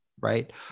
right